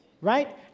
right